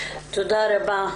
תודה רבה.